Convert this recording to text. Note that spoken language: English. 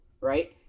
right